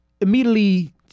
immediately